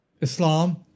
islam